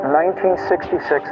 1966